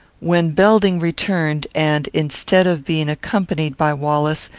when belding returned, and, instead of being accompanied by wallace,